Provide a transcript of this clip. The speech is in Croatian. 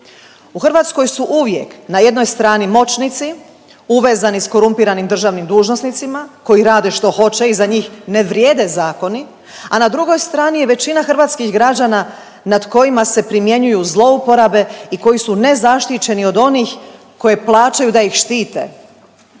U Hrvatskoj su uvijek na jednoj strani moćnici uvezani s korumpiranim državnim dužnosnicima koji rade što hoće i za njih ne vrijede zakoni, a na drugoj strani je većina hrvatskih građana nad kojima se primjenjuju zlouporabe i koji su nezaštićeni od onih koje plaćaju da ih štite.